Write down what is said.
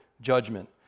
judgment